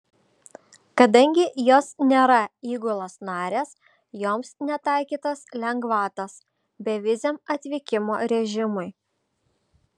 kadangi jos nėra įgulos narės joms netaikytos lengvatos beviziam atvykimo režimui